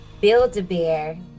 Build-A-Bear